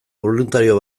boluntario